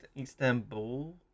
Istanbul